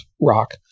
rock